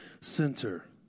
Center